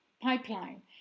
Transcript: pipeline